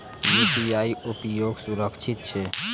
UPI उपयोग सुरक्षित छै?